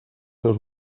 seus